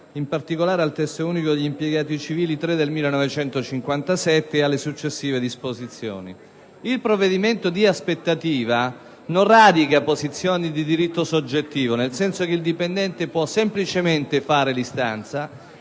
si ricollega al Testo unico degli impiegati civili dello Stato n. 3 del 1957 e alle successive disposizioni. Il provvedimento di aspettativa non radica posizioni di diritto soggettivo, nel senso che il dipendente può semplicemente presentare l'istanza,